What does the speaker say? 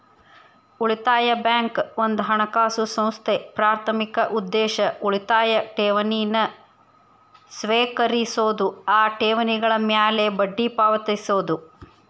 ಉಳಿತಾಯ ಬ್ಯಾಂಕ್ ಒಂದ ಹಣಕಾಸು ಸಂಸ್ಥೆ ಪ್ರಾಥಮಿಕ ಉದ್ದೇಶ ಉಳಿತಾಯ ಠೇವಣಿನ ಸ್ವೇಕರಿಸೋದು ಆ ಠೇವಣಿಗಳ ಮ್ಯಾಲೆ ಬಡ್ಡಿ ಪಾವತಿಸೋದು